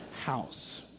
house